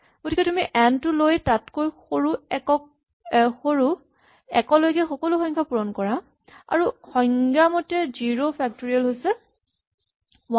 গতিকে তুমি এন টো লৈ তাক তাতকৈ সৰু একলৈকে সকলো সংখ্যাৰে পূৰণ কৰা আৰু সংজ্ঞা মতে জিৰ' ফেক্টৰিয়েল হৈছে ৱান